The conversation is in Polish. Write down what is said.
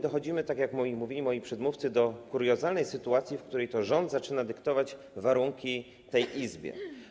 Dochodzi, jak mówili moi przedmówcy, do kuriozalnej sytuacji, w której to rząd zaczyna dyktować warunki tej Izbie.